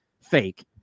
fake